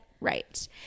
Right